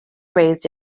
raised